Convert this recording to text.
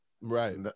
Right